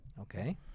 Okay